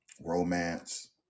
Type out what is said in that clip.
romance